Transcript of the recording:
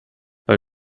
beim